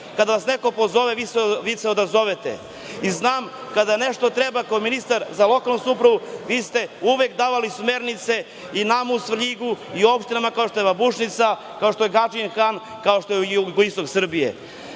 kada vas neko pozove, uvek odazovete i znam kada nešto treba, kao ministar za lokalnu samoupravu, vi ste uvek davali smernice nama u Svrljigu i opštinama, kao što je Babušnica, Gadžin Han, kao što je jugoistok Srbije. Mislim